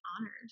honored